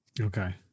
Okay